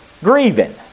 Grieving